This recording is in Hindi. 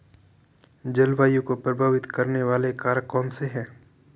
जलवायु को प्रभावित करने वाले कारक कौनसे हैं?